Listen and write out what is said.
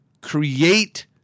create